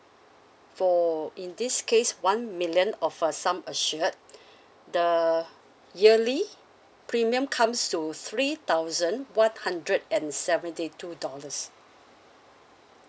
for in this case one million of a sum assured the yearly premium comes to three thousand one hundred and seventy two dollars